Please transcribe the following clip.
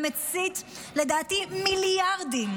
ומסית לדעתי מיליארדים,